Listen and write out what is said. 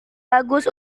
bagus